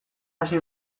hasi